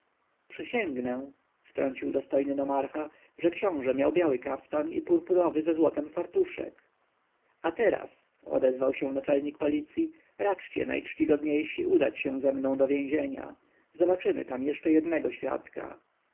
przysięgnę wtrącił dostojny nomarcha że książę miał biały kaftan i purpurowy ze złotem fartuszek a teraz odezwał się naczelnik policji raczcie najczcigodniejsi udać się ze mną do więzienia zobaczymy tam jeszcze jednego świadka